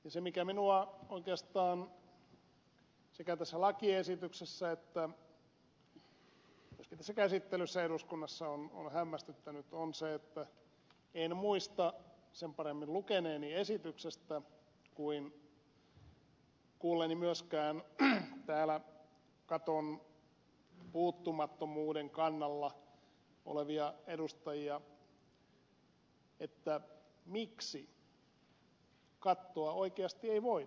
se mikä minua oikeastaan sekä tässä lakiesityksessä että myöskin tässä käsittelyssä eduskunnassa on hämmästyttänyt on se että en muista sen paremmin lukeneeni esityksestä kuin kuulleeni myöskään täällä katon puuttumattomuuden kannalla olevia edustajia miksi kattoa oikeasti ei voida asettaa